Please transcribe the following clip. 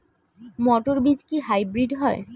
মটর বীজ কি হাইব্রিড হয়?